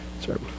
Sorry